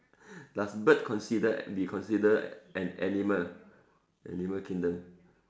does bird consider be consider an animal animal kingdom